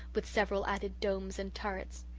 with several added domes and turrets.